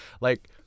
Like-